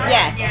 Yes